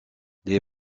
les